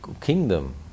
kingdom